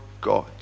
God